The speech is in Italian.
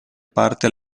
parte